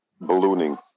ballooning